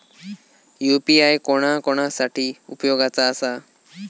UPI कोणा कोणा साठी उपयोगाचा आसा?